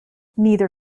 neither